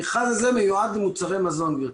המכרז הזה מיועד למוצרי מזון גברתי.